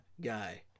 guy